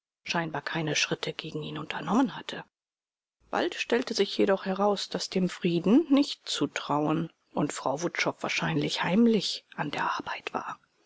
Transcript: scheinbar keine schritte gegen ihn unternommen hatte bald stellte sich jedoch heraus daß dem frieden nicht zu trauen und frau wutschow wahrscheinlich heimlich an der arbeit war